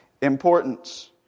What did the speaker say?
importance